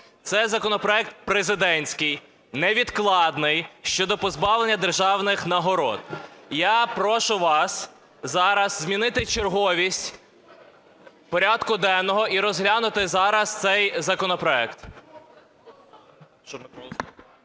Це законопроект президентський, невідкладний, щодо позбавлення державних нагород. Я прошу вас зараз змінити черговість порядку денного і розглянути зараз цей законопроект.